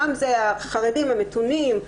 שם החרדים המתונים,